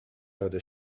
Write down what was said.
داده